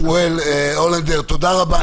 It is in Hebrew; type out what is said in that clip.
שמואל הולנדר, תודה רבה.